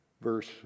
Verse